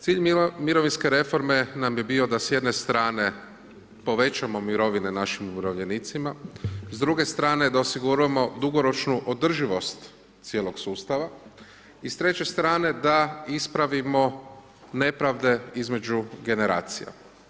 Cilj mirovinske reforme nam bi bio da s jedne strane povećamo mirovine našim umirovljenicima, s druge strane da osiguramo dugoročnu održivost cijelog sustava i s treće strane da ispravimo nepravde između generacija.